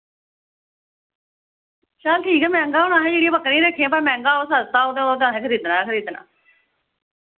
चल ठीक ऐ मैहंगा होना असैं जेह्ड़ियां बकरियां रक्खियां भाएं मैहंगा होऐ सस्ता हो ओह् ते असै खरीदना गै खरीदना